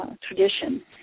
tradition